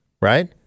Right